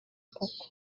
koko